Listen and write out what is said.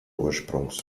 ursprungs